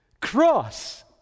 cross